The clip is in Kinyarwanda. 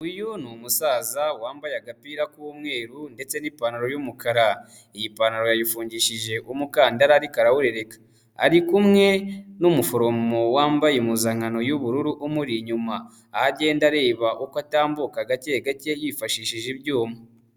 Uyu ni umusaza wambaye agapira k'umweru ndetse n'ipantaro y'umukara, iyi pantaro yayifungishije umukandara ariko arawurereka, ari kumwe n'umuforomo wambaye impuzankano y'ubururu umuri inyuma, aho agenda areba uko atambuka gake gake yifashishije ibyuma.